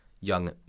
young